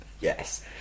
Yes